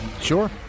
Sure